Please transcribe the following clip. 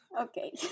Okay